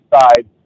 side